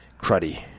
Cruddy